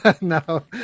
No